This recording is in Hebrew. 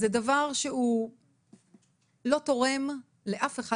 זה דבר שלא תורם כלום לאף אחד.